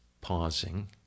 pausing